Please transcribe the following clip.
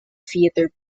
theatre